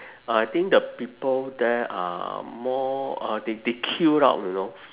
I think the people there are more uh they they queue up you know